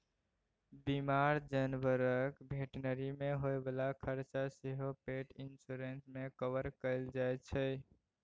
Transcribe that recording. बीमार जानबरक भेटनरी मे होइ बला खरचा सेहो पेट इन्स्योरेन्स मे कवर कएल जाइ छै